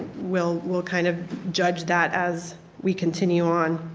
will will kind of judge that as we continue on.